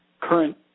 current